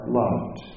loved